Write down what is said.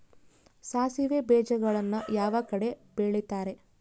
ಸಾಸಿವೆ ಬೇಜಗಳನ್ನ ಯಾವ ಕಡೆ ಬೆಳಿತಾರೆ?